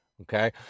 okay